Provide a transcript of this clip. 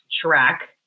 track